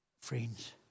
friends